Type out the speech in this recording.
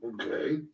Okay